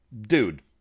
dude